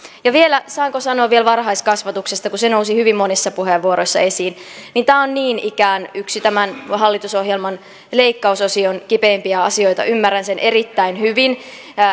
ja vielä saanko sanoa vielä varhaiskasvatuksesta kun se nousi hyvin monissa puheenvuoroissa esiin tämä on niin ikään yksi tämän hallitusohjelman leikkausosion kipeimpiä asioita ymmärrän sen erittäin hyvin